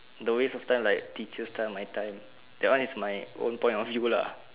the waste of time like teachers time my time that one is my own point of view lah